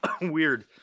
Weird